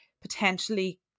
potentially